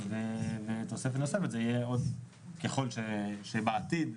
ותוספת נוספת תהיה ככל שבעתיד,